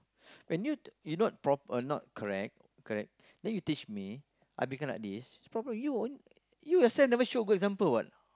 when you you not you're not proper you're not correct correct then you teach me I become like this the problem is you only you yourself never show good example what